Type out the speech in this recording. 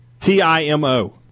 T-I-M-O